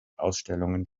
ausstellungen